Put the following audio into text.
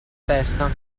testa